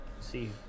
see